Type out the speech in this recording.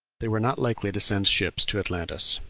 they were not likely to send ships to atlantis.